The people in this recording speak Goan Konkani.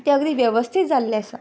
त्यो अगदी वेवस्थीत जाल्लें आसा